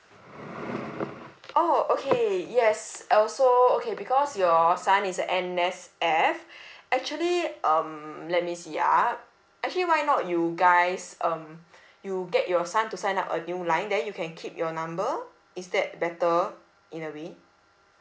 oh okay yes and also okay because your son is N_S_F actually um let me see ah actually why not you guys um you get your son to sign up a new line then you can keep your number is that better in a way